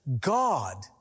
God